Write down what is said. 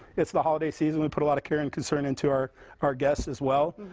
it's the holiday season. we put a lot of care and concern into our our guests as well.